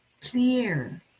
clear